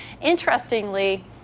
Interestingly